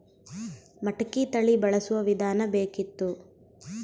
ಮಟಕಿ ತಳಿ ಬಳಸುವ ವಿಧಾನ ಬೇಕಿತ್ತು?